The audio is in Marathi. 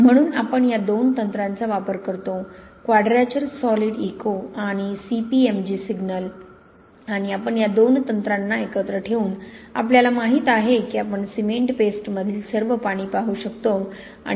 म्हणून आपण या दोन तंत्रांचा वापर करतो क्वाड्रॅचर सॉलिड इको आणि C P M G signal आणि आपण या दोन तंत्रांना एकत्र ठेवून आपल्याला माहित आहे की आपण सिमेंट पेस्टमधील सर्व पाणी पाहू शकतो